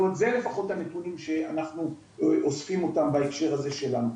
זה לפחות הנתונים שאנחנו אוספים אותם בהקשר הזה שלנו.